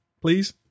please